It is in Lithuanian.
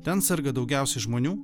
ten serga daugiausiai žmonių